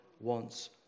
wants